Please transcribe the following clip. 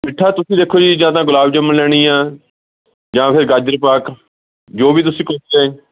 ਮਿੱਠਾ ਤੁਸੀਂ ਦੇਖੋ ਜੀ ਜਾਂ ਤਾਂ ਗੁਲਾਬ ਜਾਮਣ ਲੈਣੀ ਆ ਜਾਂ ਫਿਰ ਗਾਜਰਪਾਕ ਜੋ ਵੀ ਤੁਸੀਂ ਕਹੋਗੇ